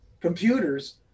computers